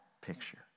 picture